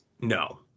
No